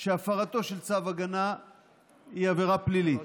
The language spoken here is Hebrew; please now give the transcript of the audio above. שהפרתו של צו הגנה היא עבירה פלילית,